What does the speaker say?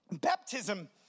Baptism